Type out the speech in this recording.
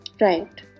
right